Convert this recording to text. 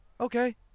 okay